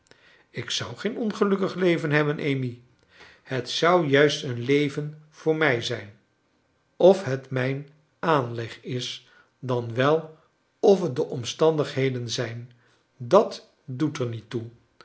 ik zou geen ongelukkig leven hebben amy het zou juist een leven voor mij zijn of het mijn aanleg is dan wel of het de omstandigheden zijn dat doet er niet toe